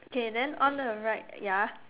okay then on the right ya